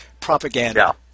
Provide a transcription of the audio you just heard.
propaganda